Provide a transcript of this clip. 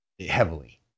heavily